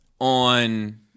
on